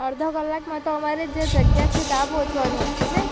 અડધા કલાકમાં તો અમારે જે જગ્યા છે ત્યાં પહોંચવાનું હતું ને